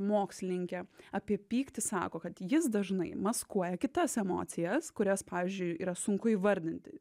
mokslininkė apie pyktį sako kad jis dažnai maskuoja kitas emocijas kurias pavyzdžiui yra sunku įvardinti